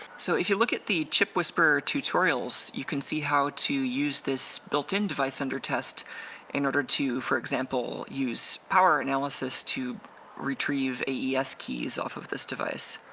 so if you look at the chipwhisperer tutorials you can see how to use this built-in device under test in order to, for example, use power analysis to retrieve ah yeah aes keys off of this device